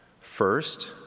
First